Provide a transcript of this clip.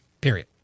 period